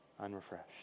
unrefreshed